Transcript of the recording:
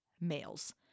males